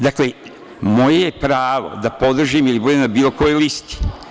Dakle, moje pravo je podržim ili da budem na bilo kojoj listi.